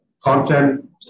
content